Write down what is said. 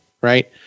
right